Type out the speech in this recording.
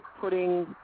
putting